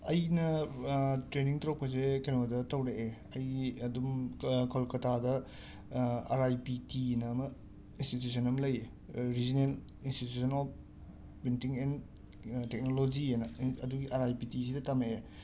ꯑꯩꯅ ꯇ꯭ꯔꯦꯅꯤꯡ ꯇꯧꯔꯛꯄꯁꯦ ꯀꯦꯅꯣꯗ ꯇꯧꯔꯛꯑꯦ ꯑꯩ ꯑꯗꯨꯝ ꯀꯜꯀꯇꯥꯗ ꯑꯥꯔ ꯑꯥꯏ ꯄꯤ ꯇꯤꯅ ꯑꯃ ꯏꯟꯁꯇꯤꯇꯨꯁꯟ ꯑꯃ ꯂꯩꯌꯦ regional institution of printing and technology ꯑꯅ ꯑꯟ ꯑꯗꯨꯒꯤ ꯑꯔ ꯑꯥꯏ ꯄꯤ ꯇꯤꯁꯤꯗ ꯇꯝꯃꯛꯑꯦ